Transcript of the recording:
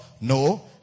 No